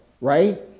right